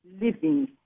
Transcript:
living